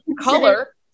color